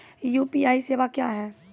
UPI सेवा क्या हैं?